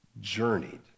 journeyed